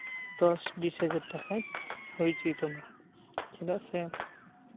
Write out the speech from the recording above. ᱫᱚᱥ ᱵᱤᱥ ᱦᱟᱡᱟᱨ ᱴᱟᱠᱟᱭ ᱦᱩᱭ ᱦᱚᱪᱚᱭ ᱛᱟᱢᱟ ᱪᱮᱫᱟᱜ ᱥᱮ